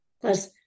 plus